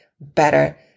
better